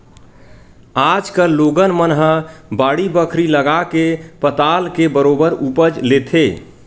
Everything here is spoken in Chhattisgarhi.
आज कल लोगन मन ह बाड़ी बखरी लगाके पताल के बरोबर उपज लेथे